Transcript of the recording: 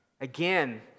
Again